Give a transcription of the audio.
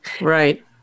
right